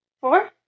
Four